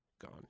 gone